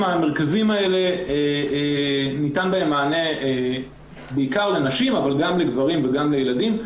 במרכזים האלה ניתן מענה בעיקר לנשים אבל גם לגברים וגם לילדים.